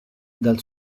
dal